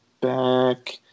back